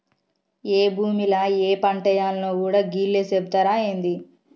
ఏ భూమిల ఏ పంటేయాల్నో గూడా గీళ్లే సెబుతరా ఏంది?